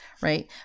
right